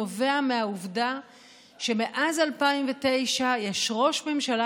נובע מהעובדה שמאז 2009 יש ראש ממשלה